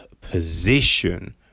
position